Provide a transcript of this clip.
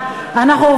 שיקום וטיפול בעיוור,